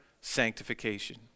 sanctification